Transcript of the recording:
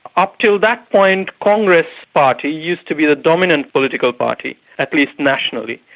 up till that point congress party used to be the dominant political party, at least nationally,